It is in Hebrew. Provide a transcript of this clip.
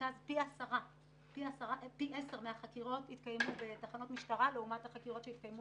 פי 10 מהחקירות התקיימו בתחנות משטרה לעומת החקירות שהתקיימו